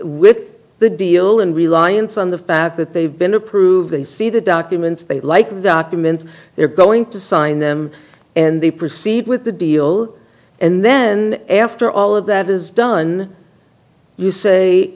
with the deal and reliance on the fact that they've been approved and see the documents they like the document they're going to sign them and they proceed with the deal and then after all of that is done you say